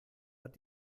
hat